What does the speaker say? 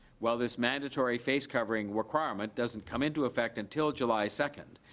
while this mandatory face covering requirement doesn't come into effect until july second,